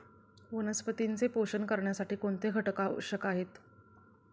वनस्पतींचे पोषण करण्यासाठी कोणते घटक आवश्यक आहेत?